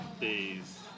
Days